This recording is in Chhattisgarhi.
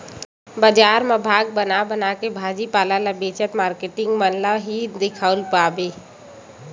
बजार म भाग बना बनाके भाजी पाला बेचत मारकेटिंग मन ल ही दिखउल पाबे